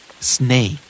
Snake